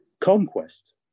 conquest